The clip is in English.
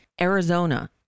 Arizona